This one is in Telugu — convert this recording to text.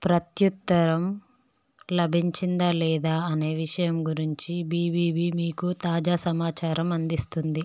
ప్రత్యుత్తరం లభించిందా లేదా అనే విషయం గురించి బీవీవీ మీకు తాజా సమాచారం అందిస్తుంది